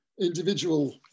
individual